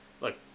look